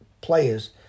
players